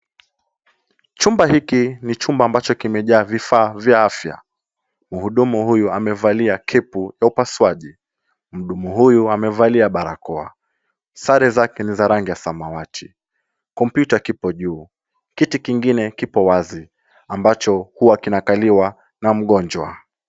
Chumba hiki ni chumba ambacho kimejaa vifaa vya afya. Mhudumu huyu amevalia kepu ya upasuaji. Mhudumu huyu amevalia barakoa. Sare zake ni za rangi ya samawati. Kompyuta kipo juu, kiti kingine kipo wazi ambacho huwa kinakaliwa na mgonjwa.